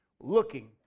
looking